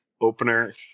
opener